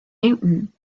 newton